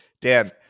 Dan